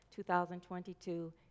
2022